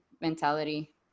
mentality